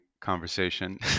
conversation